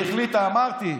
אמרתי,